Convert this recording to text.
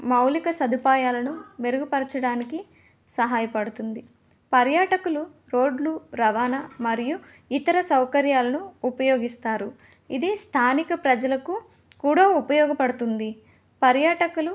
మౌలిక సదుపాయాలను మెరుగుపరచడానికి సహాయపడుతుంది పర్యాటకులు రోడ్లు రవాణా మరియు ఇతర సౌకర్యాలను ఉపయోగిస్తారు ఇది స్థానిక ప్రజలకు కూడా ఉపయోగపడుతుంది పర్యాటకులు